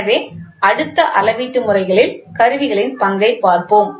எனவே அடுத்து அளவீட்டு முறைகளில் கருவிகளின் பங்கைப் பார்ப்போம்